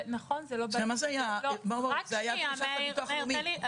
זאת היתה תוספת הביטוח הלאומי.